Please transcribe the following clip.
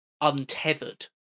untethered